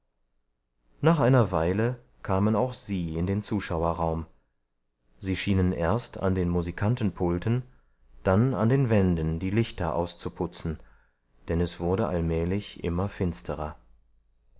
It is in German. nach einer weile kamen auch sie in den zuschauerraum sie schienen erst an den musikantenpulten dann an den wänden die lichter auszuputzen denn es wurde allmählich immer finsterer